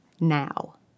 Now